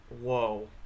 Whoa